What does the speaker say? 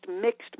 mixed